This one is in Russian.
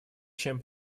чем